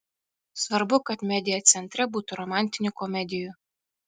svarbu kad media centre būtų romantinių komedijų